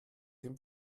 dem